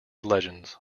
legends